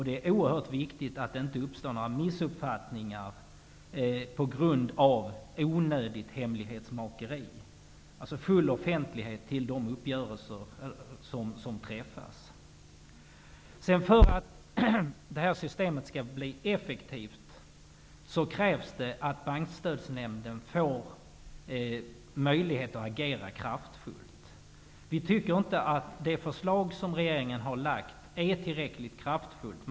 Det är oerhört viktigt att det inte uppstår några missuppfattningar på grund av onödigt hemlighetsmakeri. Det skall alltså vara full offentlighet i de uppgörelser som träffas. För att systemet skall bli effektivt krävs att Bankstödsnämnden får möjlighet att agera kraftfullt. Vi tycker inte att det förslag regeringen har lagt fram är tillräckligt kraftfullt.